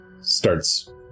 starts